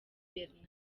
bernard